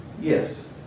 Yes